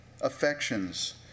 affections